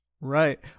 Right